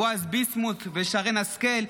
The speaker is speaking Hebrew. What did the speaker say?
בועז ביסמוט ושרן השכל,